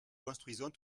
construisons